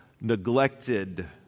neglected